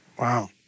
Wow